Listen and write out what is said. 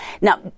Now